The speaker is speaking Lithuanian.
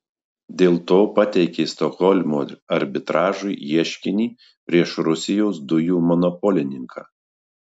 dėl to pateikė stokholmo arbitražui ieškinį prieš rusijos dujų monopolininką